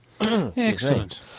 Excellent